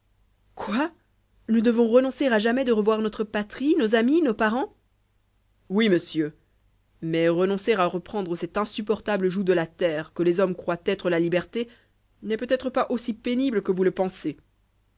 quoi nous devons renoncer à jamais de revoir notre patrie nos amis nos parents oui monsieur mais renoncer à reprendre cet insupportable joug de la terre que les hommes croient être la liberté n'est peut-être pas aussi pénible que vous le pensez